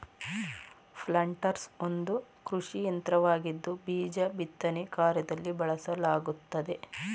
planters ಒಂದು ಕೃಷಿಯಂತ್ರವಾಗಿದ್ದು ಬೀಜ ಬಿತ್ತನೆ ಕಾರ್ಯದಲ್ಲಿ ಬಳಸಲಾಗುತ್ತದೆ